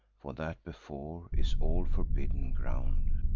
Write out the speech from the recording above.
for that before is all forbidden ground.